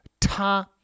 ta